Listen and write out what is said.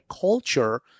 culture